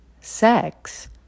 sex